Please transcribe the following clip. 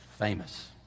Famous